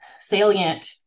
salient